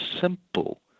simple